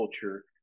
culture